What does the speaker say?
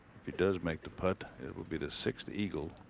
if he does make the putt, it would be to sixth eagle